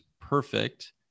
perfect